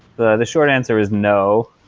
the the short answer is no.